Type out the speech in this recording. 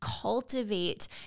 cultivate